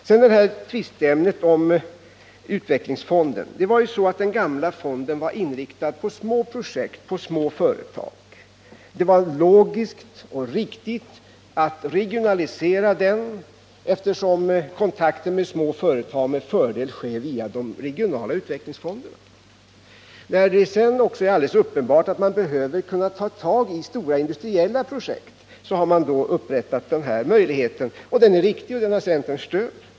Så till den här tvistefrågan om utvecklingsfonden. Den gamla fonden var ju inriktad på små projekt och små företag. Det var logiskt och riktigt att regionalisera den, eftersom kontakten med små företag med fördel sker via de regionala utvecklingsfonderna. Då det också är alldeles uppenbart att man behöver kunna ta tag i stora industriella projekt, har man infört stiftelsen som skall ta hand om större industriprojekt. Det är en riktig åtgärd, och den har centerns stöd.